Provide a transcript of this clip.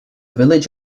village